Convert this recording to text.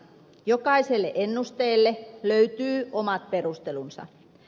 jokaiselle ennusteelle löytyy omat perustelunsa